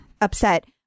upset